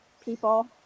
people